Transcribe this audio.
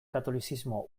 katolizismo